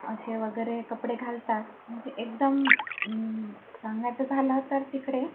असे वगैरे कपडे घालतात म्हणजे एकदम सांगायचं झालं तर तिकडे